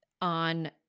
on